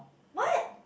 what